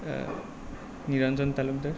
Niranjan Talukdar